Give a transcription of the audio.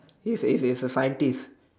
he's a he's a scientist